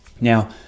Now